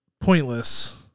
pointless